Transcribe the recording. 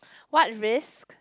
what risk